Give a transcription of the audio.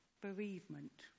Bereavement